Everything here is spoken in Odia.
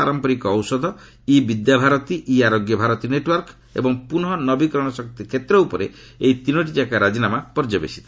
ପାରମ୍ପରିକ ଔଷଧ e Vidyabharati e Arogya Bharati network ଏବଂ ପୁନଃ ନବୀକରଣ ଶକ୍ତି କ୍ଷେତ୍ର ଉପରେ ଏହି ତିନୋଟିଯାକ ରାଜିନାମା ପର୍ଯ୍ୟବସିତ